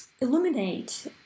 illuminate